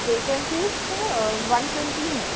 vacancy sir one twenty ہے